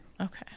Okay